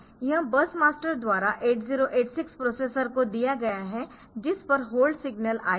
यह bus master द्वारा 8086 processor को दिया गया है जिस पर होल्ड सिग्नल आया है